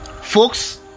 Folks